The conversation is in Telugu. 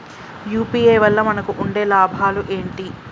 యూ.పీ.ఐ వల్ల మనకు ఉండే లాభాలు ఏంటి?